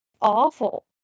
Awful